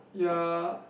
ya